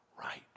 right